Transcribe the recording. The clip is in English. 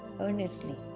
earnestly